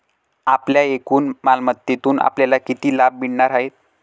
आपल्या एकूण मालमत्तेतून आपल्याला किती लाभ मिळणार आहे?